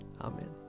Amen